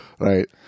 Right